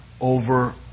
over